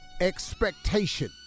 Expectation